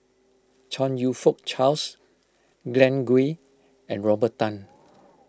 Chong You Fook Charles Glen Goei and Robert Tan